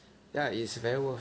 ya it's very worth